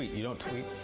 you don't tweet?